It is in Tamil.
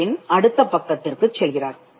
அதன்பின் அடுத்த பக்கத்திற்குச் செல்கிறார்